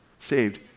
Saved